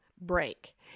break